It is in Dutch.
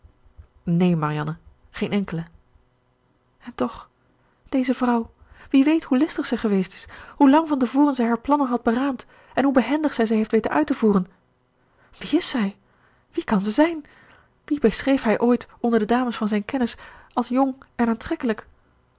neen marianne geen enkele en toch deze vrouw wie weet hoe listig zij geweest is hoe lang van te voren zij haar plannen had beraamd en hoe behendig zij ze heeft weten uit te voeren wie is zij wie kan ze zijn wie beschreef hij ooit onder de dames van zijn kennis als jong en aantrekkelijk